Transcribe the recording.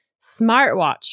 smartwatch